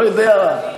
לא יודע,